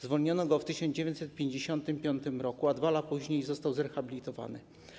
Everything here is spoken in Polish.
Zwolniono go w 1955 r., a 2 lata później został zrehabilitowany.